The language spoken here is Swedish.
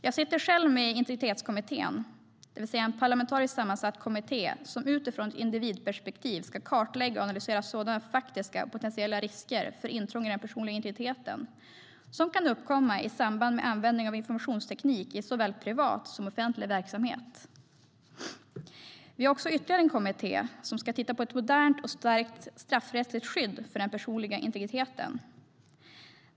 Jag sitter själv med i Integritetskommittén, en parlamentariskt sammansatt kommitté som utifrån ett individperspektiv ska kartlägga och analysera faktiska och potentiella risker för intrång i den personliga integriteten som kan uppkomma i samband med användning av informationsteknik i såväl privat som offentlig verksamhet. Vi har också en kommitté som ska titta på ett modernt och starkt straffrättsligt skydd för den personliga integriteten.